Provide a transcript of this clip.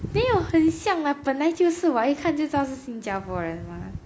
没有很想啦本来就是 what 一看就知道是新加坡人了吗